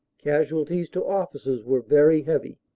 casualties to officers were very heavy.